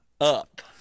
up